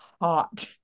hot